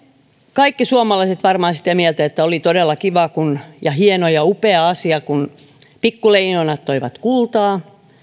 kaikki suomalaiset varmaan sitä mieltä että on todella kivaa ja hieno ja upea asia kun pikkuleijonat toivat kultaa